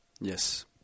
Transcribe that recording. yes